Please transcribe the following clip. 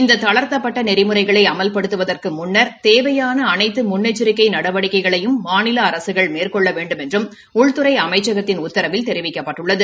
இந்த தளர்த்தப்பட்ட நெறிமுறைகளை அமல்படுத்தப்படுவதற்கு முன்னா் தேவையான அனைத்து முன்னெச்சிக்கை நடவடிக்கைகளையும் மாநில அரசுகள் மேற்கொள்ள வேண்டுமென்றும் உள்துறை அமைச்சகத்தின் உத்தரவில் தெரிவிக்கப்பட்டுள்ளது